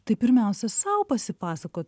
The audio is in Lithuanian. tai pirmiausia sau pasipasakot